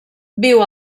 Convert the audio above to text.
viu